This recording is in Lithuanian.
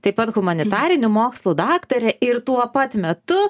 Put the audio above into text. taip pat humanitarinių mokslų daktarė ir tuo pat metu